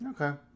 Okay